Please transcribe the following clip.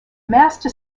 master